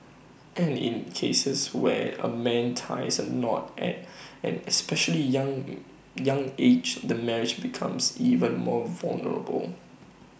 and in cases where A man ties the knot at an especially young young age the marriage becomes even more vulnerable